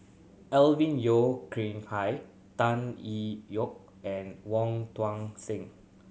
Alvin Yeo Khrin Hai Tan Yee Yoke and Wong Tuang Seng